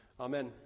Amen